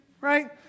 right